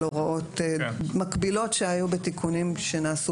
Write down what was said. על הוראות מקבילות שהיו בתיקונים שנעשו